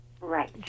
Right